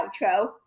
outro